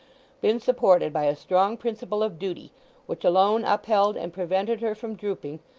been supported by a strong principle of duty which alone upheld and prevented her from drooping,